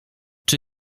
czy